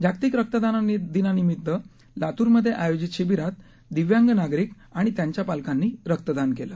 जागतिक रक्तदान दिनानिमित्त लातूर धिं आयोजित रक्तदान शिबीरात दिव्यांग नागरिक आणि त्यांच्या पालकांनी रक्तदान केलं